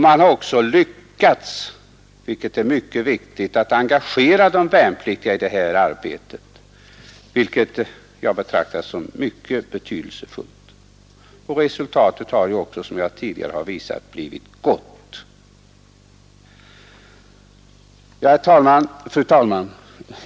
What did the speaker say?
Man har också lyckats, vilket är mycket viktigt, att engagera de värnpliktiga i det här arbetet, vilket jag betraktar som mycket betydelsefullt. Resultatet har också som jag tidigare visat blivit gott. Fru talman!